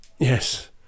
Yes